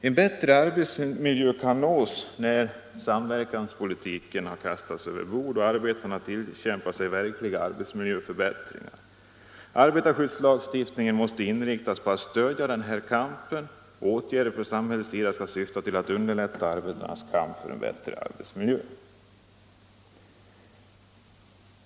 En bättre arbetsmiljö kan nås när samarbetspolitiken har kastats över bord och arbetarna tillkämpar sig verkliga arbetsmiljöförbättringar. Arbetarskyddslagstiftningen måste inriktas på att stödja denna kamp. Åtgärder från samhällets sida skall även syfta till att underlätta arbetarnas kamp för en bättre arbetsmiljö.